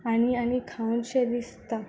आनी आनी खावन शे दिसता